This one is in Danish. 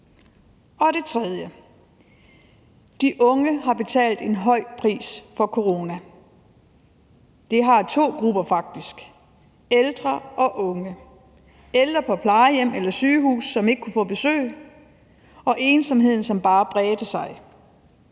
De unge har betalt en høj pris for corona. Det har to grupper faktisk: ældre og unge. Det gælder ældre på plejehjem eller sygehus, som ikke kunne få besøg, og hvor ensomheden bare bredte sig.